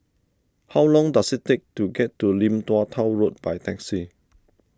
how long does it take to get to Lim Tua Tow Road by taxi